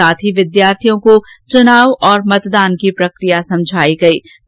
साथ ही विद्यार्थियों को चुनाव और मतदान प्रक्रिया समझायी गयीं